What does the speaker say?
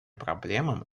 проблемам